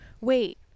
wait